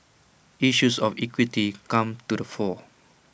issues of equity come to the fore